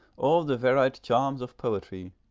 all the varied charms of poetry,